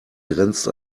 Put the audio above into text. grenzt